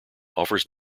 offers